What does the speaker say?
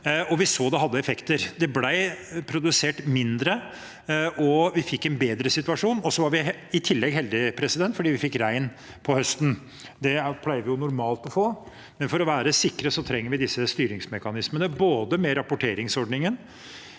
vi så at det hadde effekter. Det ble produsert mindre, og vi fikk en bedre situasjon. Så var vi i tillegg heldige fordi vi fikk regn på høsten. Det pleier vi jo normalt å få, men for å være sikre trenger vi disse styringsmekanismene med rapporteringsordningen,